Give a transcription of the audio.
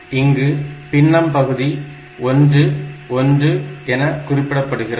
இங்கு பின்னம் பகுதி 1 1 என குறிப்பிடப்படுகிறது